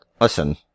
Listen